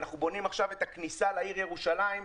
אנחנו בונים עכשיו את הכניסה לעיר ירושלים,